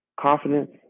Confidence